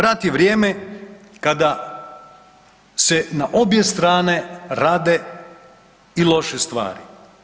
Rat je vrijeme kada se na obje strane rade i loše stvari.